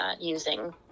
using